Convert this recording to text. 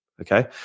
okay